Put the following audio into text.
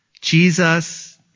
Jesus